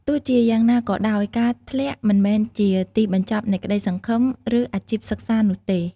ទោះជាយ៉ាងណាក៏ដោយ ការធ្លាក់មិនមែនជាទីបញ្ចប់នៃក្តីសង្ឃឹម ឬអាជីពសិក្សានោះទេ។